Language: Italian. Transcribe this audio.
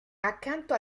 accanto